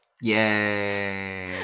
Yay